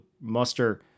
muster